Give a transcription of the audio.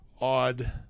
odd